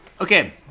Okay